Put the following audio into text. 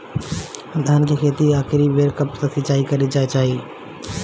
धान के खेती मे आखिरी बेर कब सिचाई करे के चाही?